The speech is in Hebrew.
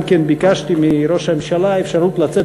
גם כן ביקשתי מראש הממשלה אפשרות לצאת